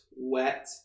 wet